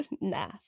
Nah